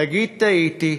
תגיד "טעיתי",